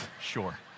sure